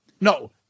No